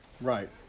Right